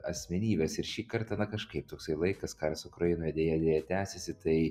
asmenybes ir šį kartą na kažkaip toksai laikas karas ukrainoje deja deja tęsiasi tai